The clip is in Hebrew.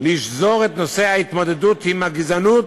לשזור את נושא ההתמודדות עם הגזענות